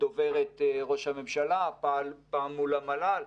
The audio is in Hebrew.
יש לי גם מחלוקת על זה עם דובר צה"ל המכהן,